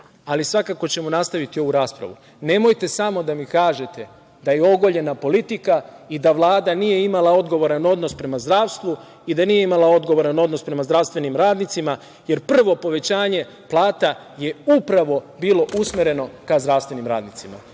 ali svakako ćemo nastaviti ovu raspravu. Nemojte samo da mi kažete da je ogoljena politika i da Vlada nije imala odgovoran odnos prema zdravstvu i da nije imala odgovoran odnos prema zdravstvenim radnicima, jer prvo povećanje plata je upravo bilo usmereno ka zdravstvenim radnicima.